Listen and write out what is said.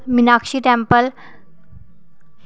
Meenakshi temple